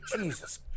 Jesus